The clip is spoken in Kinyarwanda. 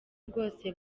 rwose